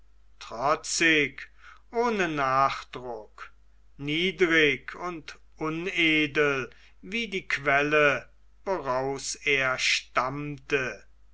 trotzig ohne nachdruck niedrig und unedel wie die quelle woraus er stammte